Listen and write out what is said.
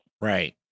right